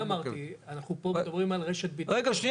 אז תודה